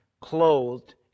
clothed